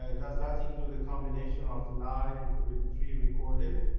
ah does that include the combination of live with pre-recorded?